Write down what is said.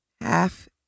Half